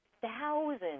thousands